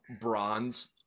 bronze